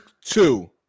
two